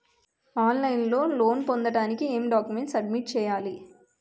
On line లో loan పొందటానికి ఎం డాక్యుమెంట్స్ సబ్మిట్ చేయాలి?